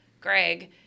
Greg